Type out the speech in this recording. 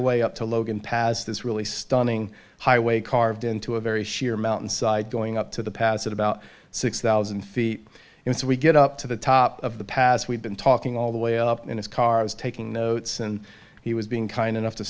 highway up to logan pass this really stunning highway carved into a very sheer mountainside going up to the pass at about six thousand feet and so we get up to the top of the pass we've been talking all the way up in his cars taking notes and he was being kind enough to